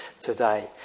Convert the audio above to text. today